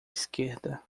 esquerda